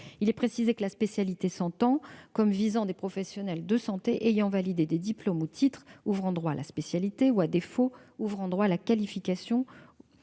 Il est précisé que la spécialité s'entend comme « visant des professionnels de santé ayant validé des diplômes et titres ouvrant droit à la spécialité ou, à défaut, ouvrant droit à la qualification